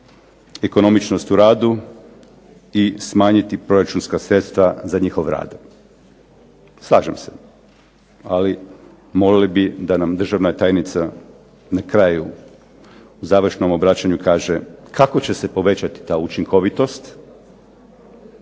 ekonomičnost u radu i smanjiti proračunska sredstva za njihov rad. Slažem se, ali molili bi da nam državna tajnica na kraju u završnom obraćanju kaže kako će se povećati ta učinkovitost,